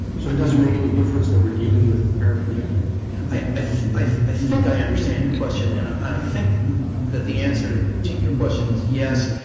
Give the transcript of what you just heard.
so it doesn't make any difference that we're dealing with paraphernalia? laramore i i think i understand your question, and i think that the answer to your question is yes,